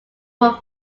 from